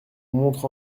montre